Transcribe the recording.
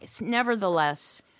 Nevertheless